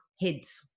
heads